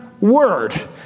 word